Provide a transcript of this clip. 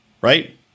right